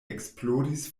eksplodis